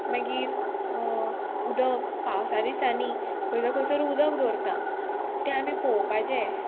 मागीर उदक पावसा दिसांनी खंयसर खंयसर उदक दवरता तें आमी पळोवपाचें